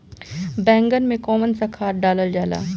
बैंगन में कवन सा खाद डालल जाला?